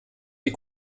die